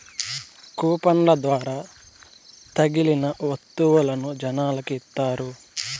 కూపన్ల ద్వారా తగిలిన వత్తువులను జనాలకి ఇత్తారు